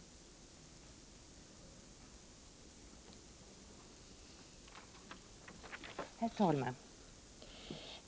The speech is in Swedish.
8 december 1988